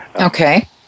Okay